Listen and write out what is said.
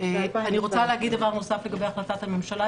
אני רוצה לומר דבר נוסף לגבי החלטת הממשלה.